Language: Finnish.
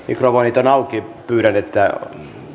eikö vaikka nauttii pyörittää